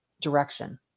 direction